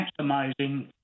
maximizing